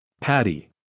Patty